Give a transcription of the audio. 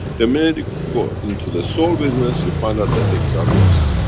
the minute you go into the soul business you'll find out the addicts are lost.